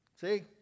See